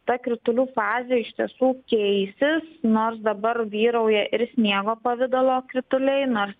ta kritulių fazė iš tiesų keisis nors dabar vyrauja ir sniego pavidalo krituliai nors